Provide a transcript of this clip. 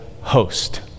host